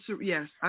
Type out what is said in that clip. Yes